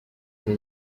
the